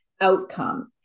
outcome